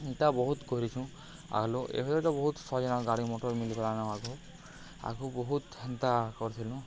ଏନ୍ତା ବହୁତ୍ କରିଛୁଁ ଆଗ୍ଲୁ ଏବେ ତ ବହୁତ୍ ସହଜ୍ ହେଇଗଲାନ ଗାଡ଼ି ମଟର୍ ମିଲିଗଲାନ ଆଗ ଆଗ୍କୁ ବହୁତ୍ ହେନ୍ତା କରିଥିଲୁ